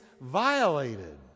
violated